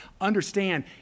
understand